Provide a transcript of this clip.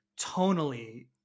tonally